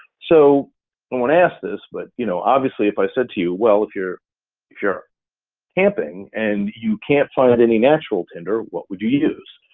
so i wanna ask this but you know obviously if i said to you, well, if you're if you're camping and you can't find any natural tinder, what would you use?